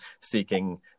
seeking